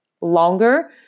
longer